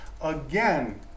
Again